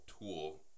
tool